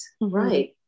Right